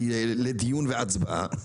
לדיון והצבעה,